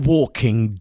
Walking